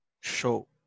show